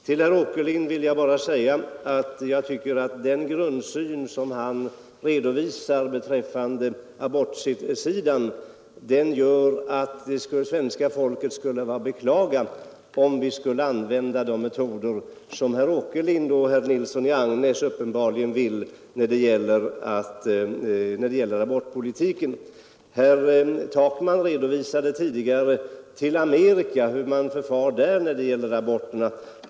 Till herr Åkerlind vill jag säga att det svenska folket vore att beklaga, om vi skulle tillämpa den grundsyn han redovisar beträffande abortsidan och om vi skulle använda de metoder, som herrar Åkerlind och Nilsson i Agnäs rekommenderar när det gäller abortpolitiken. Herr Takman hänvisade tidigare till hur man förfar i Amerika när det gäller aborterna.